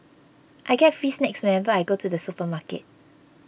I get free snacks whenever I go to the supermarket